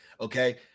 okay